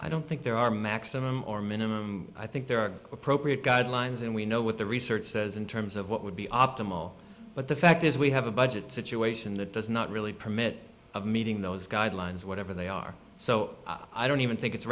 i don't think there are maximum or minimum i think there are appropriate guidelines and we know what the research says in terms of what would be optimal but the fact is we have a budget situation that does not really permit of meeting those guidelines whatever they are so i don't even think it's